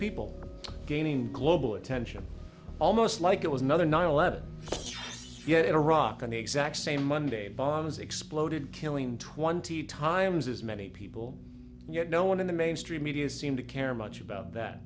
people gaining global attention almost like it was another nine eleven yet in iraq on the exact same monday bombs exploded killing twenty times as many people yet no one in the mainstream media seem to care much about that